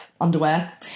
underwear